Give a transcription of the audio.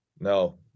No